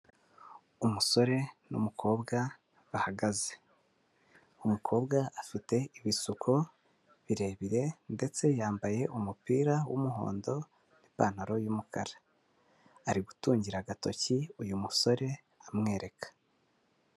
Umusore n'umukobwa bahagaze. Umukobwa afite ibisuko birebire ndetse yambaye umupira w'umuhondo n'ipantaro y'umukara. Ari gutungira agatoki uyu musore amwereka.